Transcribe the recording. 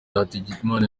hategekimana